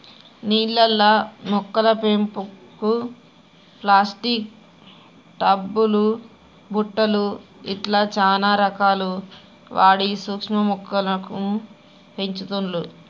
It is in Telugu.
నీళ్లల్ల మొక్కల పెంపుకు ప్లాస్టిక్ టబ్ లు బుట్టలు ఇట్లా చానా రకాలు వాడి సూక్ష్మ మొక్కలను పెంచుతుండ్లు